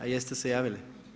A jeste se javili?